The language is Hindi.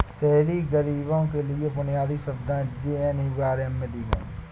शहरी गरीबों के लिए बुनियादी सुविधाएं जे.एन.एम.यू.आर.एम में दी गई